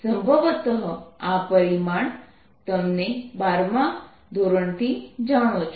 સંભવત આ પરિણામ તમે બારમા ધોરણથી જાણો છો